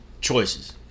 choices